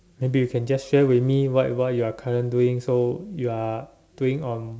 maybe you can just share with me what what you are current doing so you are doing on